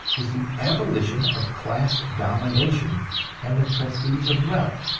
is the abolition of class domination and the prestige of wealth.